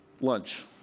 lunch